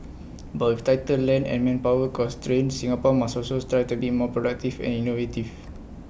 but with tighter land and manpower constraints Singapore must also strive to be more productive and innovative